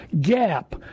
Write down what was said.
gap